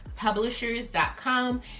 Publishers.com